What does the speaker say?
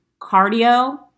Cardio